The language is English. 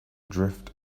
drift